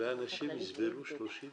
אנשים יסבלו 30 יום?